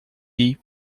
lit